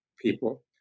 people